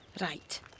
Right